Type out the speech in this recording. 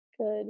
good